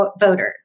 voters